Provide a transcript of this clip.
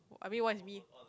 I mean one is me